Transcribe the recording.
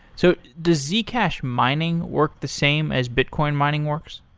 so does zcash mining work the same as bitcoin mining works?